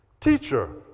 Teacher